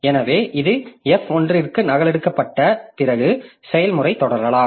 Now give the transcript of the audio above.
எனவே இது f1 க்கு நகலெடுக்கப்பட்ட பிறகு செயல்முறை தொடரலாம்